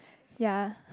ya